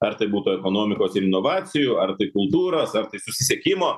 ar tai būtų ekonomikos ir inovacijų ar tai kultūros ar tai susisiekimo